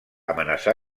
amenaçar